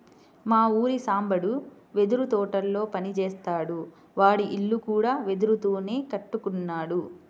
మా ఊరి సాంబడు వెదురు తోటల్లో పని జేత్తాడు, వాడి ఇల్లు కూడా వెదురుతోనే కట్టుకున్నాడు